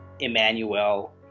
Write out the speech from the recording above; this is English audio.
Emmanuel